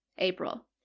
april